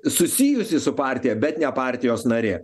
susijusi su partija bet ne partijos narė